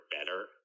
better